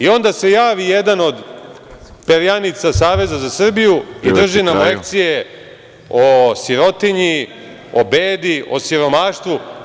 Onda se javi jedan od perjanica Saveza za Srbiju i drži nam lekcije o sirotinji, o bedi, o siromaštvu.